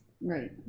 Right